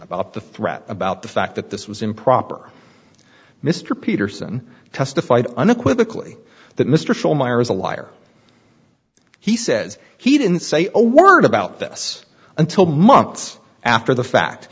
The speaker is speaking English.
about the threat about the fact that this was improper mr peterson testified unequivocally that mr shaw myers a liar he says he didn't say own word about this until months after the fact